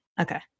Okay